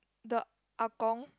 the ah gong